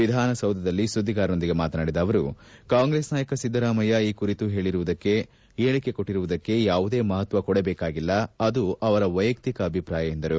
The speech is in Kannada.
ವಿಧಾನಸೌಧದಲ್ಲಿ ಸುದ್ದಿಗಾರರೊಂದಿಗೆ ಮಾತನಾಡಿದ ಅವರು ಕಾಂಗ್ರೆಸ್ ನಾಯಕ ಸಿದ್ದರಾಮಯ್ಯ ಈ ಕುರಿತು ಹೇಳಿರುವುದಕ್ಕೆ ಯಾವುದೇ ಮಹತ್ವ ಕೊಡಬೇಕಾಗಿಲ್ಲ ಅದು ಅವರ ವೈಯಕ್ತಿಕ ಅಭಿಪ್ರಾಯ ಎಂದರು